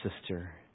sister